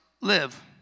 live